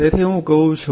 તેથી હું કહું છું